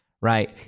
right